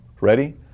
Ready